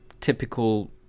typical